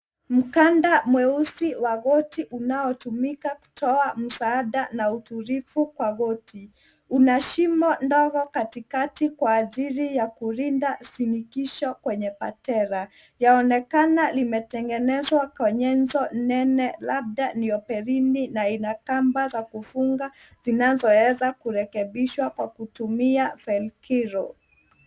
Mkanda meusi wa goti unaotumika kutoa msaada na utulivu kwa goti, una shimo ndogo katikati kwa ajili ya kulinda shinikizo kwenye patera, yaonekana limetengenezwa kwa nyenzo nene labda ndio nene labda ndio pereni na ina kamba zakufunga zinazo eza kurekebishwa kwa kutumia painkiller .